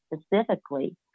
specifically